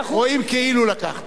רואים כאילו לקחת.